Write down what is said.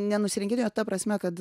nenusirenginėju ta prasme kad